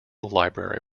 library